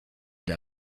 der